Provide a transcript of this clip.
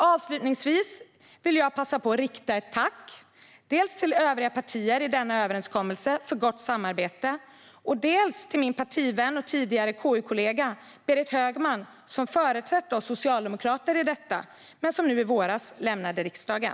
Avslutningsvis vill jag passa på att rikta ett tack dels till övriga partier i denna överenskommelse för gott samarbete, dels till min partivän och tidigare KU-kollega Berit Högman som företrätt oss socialdemokrater i detta men som i våras lämnade riksdagen.